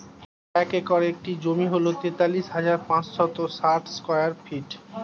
এক একরের একটি জমি হল তেতাল্লিশ হাজার পাঁচশ ষাট স্কয়ার ফিট